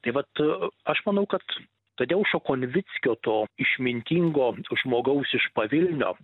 tai vat aš manau kad tadeušo konvickio to išmintingo žmogaus iš pavilnio